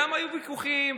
גם היו ויכוחים,